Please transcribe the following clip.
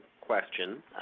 question